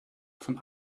von